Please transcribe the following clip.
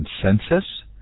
consensus